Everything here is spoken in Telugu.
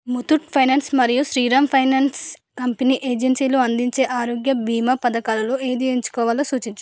ముత్తూట్ ఫైనాన్స్ మరియు శ్రీరామ్ ఫైనాన్స్ కంపెనీ ఏజెన్సీలు అందించే ఆరోగ్య భీమా పథకాలలో ఏది ఎంచుకోవాలో సూచించు